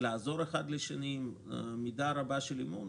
לעזור אחד לשני עם מידה רבה של אמון,